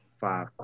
five